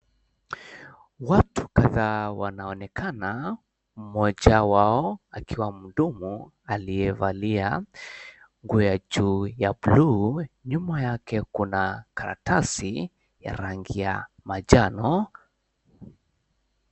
Watu kadhaa wanaonekana mmoja wao akiwa mhudumu aliyevalia nguo ya juu ya buluu nyuma yake kuna karatasi ya rangi ya manjano.